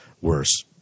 worse